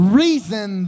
reason